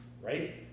right